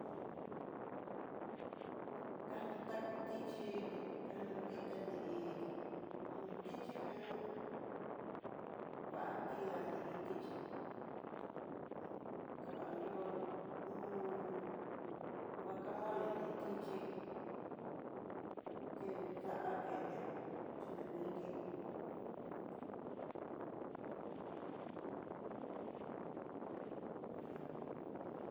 Kandó ta kú tichí nri kandú ditá nrí'i, jun tichí jan kua tilandití chí kavandó guacamole nrí tichí ké ya'á ké nría chinanngike hu ju pues yá.